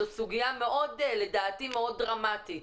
זו סוגיה לדעתי מאוד דרמטית.